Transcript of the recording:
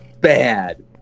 bad